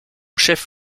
chef